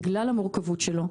בגלל המורכבות שלו,